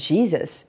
Jesus